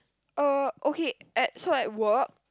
uh okay at so at work